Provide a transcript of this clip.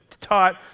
taught